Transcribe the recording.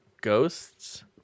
ghosts